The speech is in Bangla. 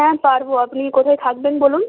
হ্যাঁ পারব আপনি কোথায় থাকবেন বলুন